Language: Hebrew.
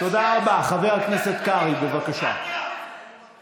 מה אתה